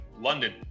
London